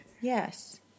Yes